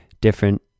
different